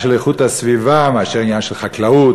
של איכות הסביבה מאשר עניין של חקלאות,